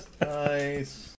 Nice